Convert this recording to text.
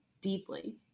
deeply